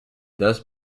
thus